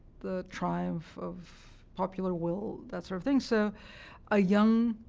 the triumph of popular will, that sort of thing. so a young